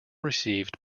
received